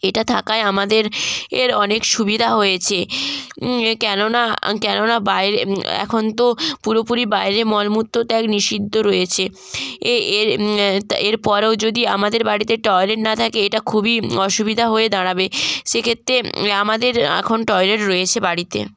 এটা থাকায় আমাদের এর অনেক সুবিধা হয়েছে এ কেননা কেননা বাইরে এখন তো পুরোপুরি বাইরে মলমূত্ত ত্যাগ নিষিদ্ধ রয়েছে এএর এরপরেও যদি আমাদের বাড়িতে টয়লেট না থাকে এটা খুবই অসুবিধা হয়ে দাঁড়াবে সেক্ষেত্রে আমাদের এখন টয়লেট রয়েছে বাড়িতে